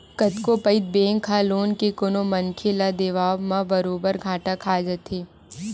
कतको पइत बेंक ह लोन के कोनो मनखे ल देवब म बरोबर घाटा खा जाथे